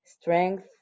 strength